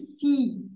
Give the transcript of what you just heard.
see